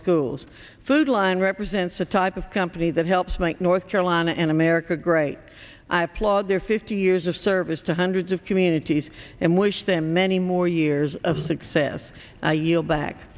schools food line represents a type of company that helps make north carolina and america great i applaud their fifty years of service to hundreds of communities and wish them many more years of success i yield back